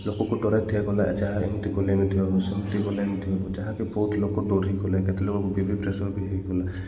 ଲୋକଙ୍କୁ ଡରାଇଦିଆଗଲା ଯାହା ଏମିତି କଲେ ଏମିତି ହେବ ସେମିତି କଲେ ସେମିତି ହେବ ଯାହାକି ବହୁତ ଲୋକ ଡରିଗଲେ କେତେଲୋକକୁ ବି ପି ପ୍ରେସର୍ ବି ହୋଇଗଲା